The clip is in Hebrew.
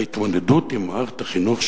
ההתמודדות עם מערכת החינוך,